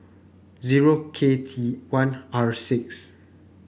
zero K T one R six